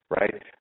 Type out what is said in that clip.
right